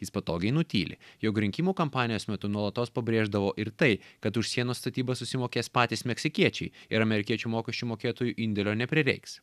jis patogiai nutyli jog rinkimų kampanijos metu nuolatos pabrėždavo ir tai kad už sienos statybas susimokės patys meksikiečiai ir amerikiečių mokesčių mokėtojų indėlio neprireiks